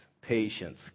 patience